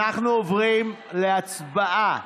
אנחנו עוברים להצבעה